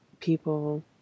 people